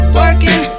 working